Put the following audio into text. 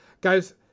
Guys